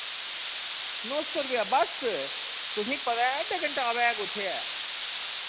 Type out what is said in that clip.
नौ सौ रपेया बस तुसें पता है डगन टाप है कुत्थै ऐ